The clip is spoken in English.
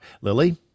Lily